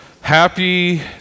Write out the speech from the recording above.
Happy